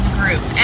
group